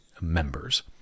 members